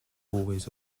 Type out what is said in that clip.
always